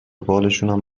بالشونم